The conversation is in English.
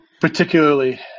particularly